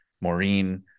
Maureen